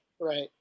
Right